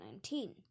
2019